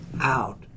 out